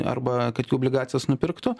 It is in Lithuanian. arba kad jų obligacijas nupirktų